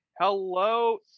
Hello